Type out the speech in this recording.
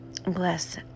bless